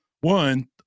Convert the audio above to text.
one